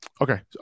Okay